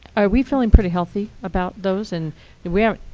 are we feeling pretty healthy about those? and we are.